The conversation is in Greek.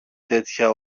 τέτοια